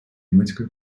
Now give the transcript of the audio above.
німецької